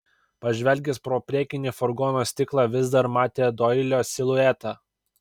pažvelgęs pro priekinį furgono stiklą vis dar matė doilio siluetą